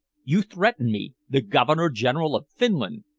you threaten me the governor-general of finland!